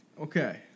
Okay